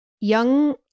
young